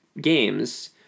games